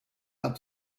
got